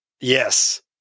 Yes